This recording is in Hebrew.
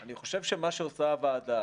אני חושב שמה שעושה הוועדה